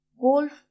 golf